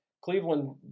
Cleveland